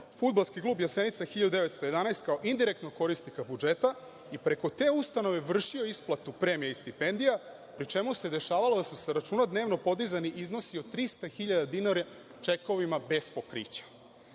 Fudbalski klub „Jasenica 1911“ kao indirektnog korisnika budžeta i preko te ustanove vršio isplatu premija i stipendija, pri čemu se dešavalo da su sa računa dnevno podizani iznosi od 300.000 dinara, čekovima bez pokrića. Takođe,